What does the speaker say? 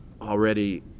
already